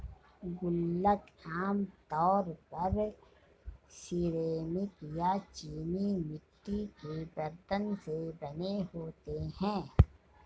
गुल्लक आमतौर पर सिरेमिक या चीनी मिट्टी के बरतन से बने होते हैं